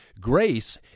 Grace